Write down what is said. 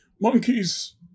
Monkeys